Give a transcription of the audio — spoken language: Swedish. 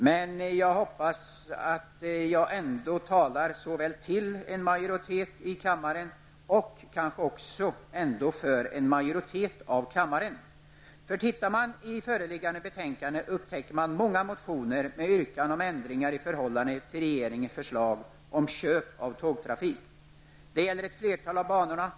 Men jag hoppas att jag ändå talar såväl till som för en majoritet i kammaren. Tittar man i föreliggande betänkande, upptäcker man många motioner med yrkande om förändringar i förhållande till regeringens förslag om köp av tågtrafik. Det gäller ett flertal av banorna.